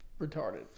retarded